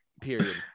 period